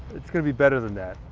it's gonna be better than that.